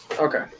Okay